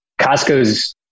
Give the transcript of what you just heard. Costco's